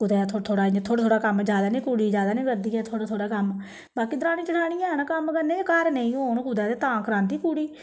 कुतै थोहड़़ा थोहड़ा इयां थोहड़ा थोहड़ा कम्म ज्यादा नी कुड़ी ज्यादा नी करदी थोहड़ा थोहड़ा कम्म बाकी दरानी जठानियां ऐ ना कम्म करने गी घर नेईं होन कुतै ते तां करांदी कुड़ी